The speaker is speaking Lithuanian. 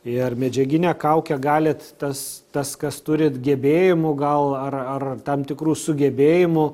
ir medžiaginę kaukę galit tas tas kas turit gebėjimų gal ar ar tam tikrų sugebėjimų